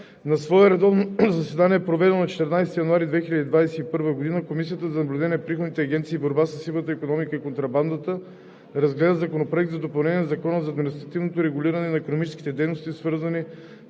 На свое редовно заседание, проведено на 14 януари 2021 г., Комисията за наблюдение на приходните агенции и борба със сивата икономика и контрабандата разгледа Законопроект за допълнение на Закона за административното регулиране на икономическите дейности, свързани